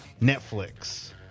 Netflix